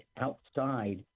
outside